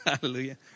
Hallelujah